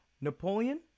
Napoleon